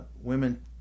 women